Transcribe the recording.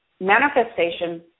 manifestation